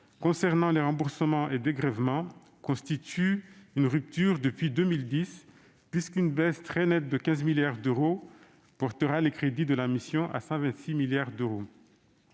relatif aux remboursements et dégrèvements constitue une rupture depuis 2010, puisqu'une baisse très nette de 15 milliards d'euros portera les crédits de la mission à 126 milliards d'euros.